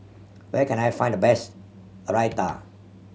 where can I find the best Raita